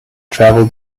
travel